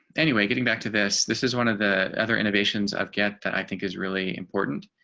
anyway, getting back to this. this is one of the other innovations of get that i think is really important.